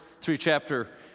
three-chapter